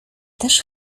też